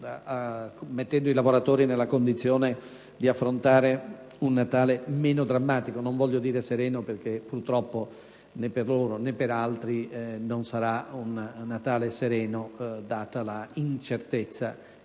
mettendo i lavoratori nella condizione di affrontare un Natale meno drammatico: non dico sereno perché, purtroppo, né per loro, né per altri lo sarà, data l'incertezza